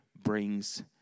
brings